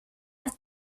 att